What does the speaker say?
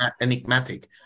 enigmatic